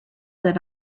that